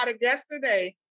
yesterday